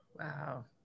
Wow